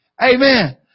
Amen